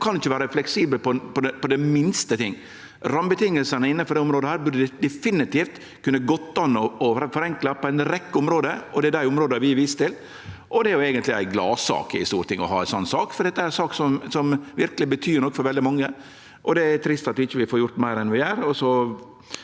og kan ikkje vere fleksible på den minste ting. Rammevilkåra innanfor dette området burde det definitivt kunne gått an å forenkla på ei rekkje område, og det er dei områda vi viser til. Det er eigentleg ei gladsak i Stortinget å ha ei sånn sak, for dette er ei sak som verkeleg betyr noko for veldig mange. Det er trist at vi ikkje får gjort meir enn vi gjer,